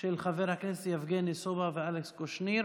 של חברי הכנסת יבגני סובה ואלכס קושניר.